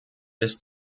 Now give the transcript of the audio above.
bis